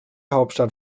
hauptstadt